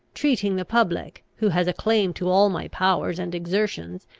treating the public, who has a claim to all my powers and exertions,